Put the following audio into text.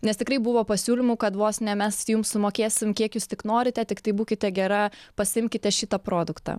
nes tikrai buvo pasiūlymų kad vos ne mes jums sumokėsim kiek jūs tik norite tiktai būkite gera pasiimkite šitą produktą